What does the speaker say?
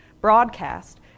broadcast